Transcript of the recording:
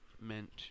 meant